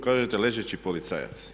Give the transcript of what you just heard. Kažete ležeći policajac.